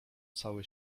cały